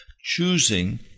choosing